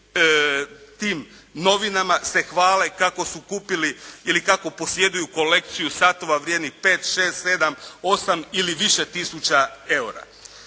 tim novinama se hvale kako su kupili ili kako posjeduju kolekciju satova vrijednih 5, 6, 7, 8 ili više tisuća eura.